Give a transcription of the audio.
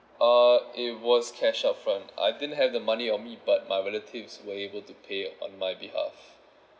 uh it was cash upfront I didn't have the money on me but my relatives were able to pay on my behalf